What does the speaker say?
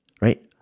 right